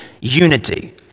unity